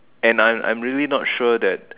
and and I'm really not sure that